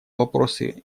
вопросы